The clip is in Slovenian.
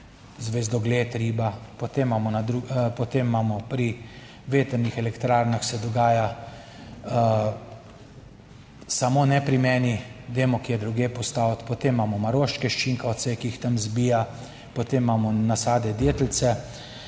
potem imamo, pri vetrnih elektrarnah se dogaja. Samo ne pri meni, dajmo kje drugje postaviti. Potem imamo maroške ščinkavce, ki jih tam zbija, potem imamo nasade deteljice.